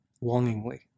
longingly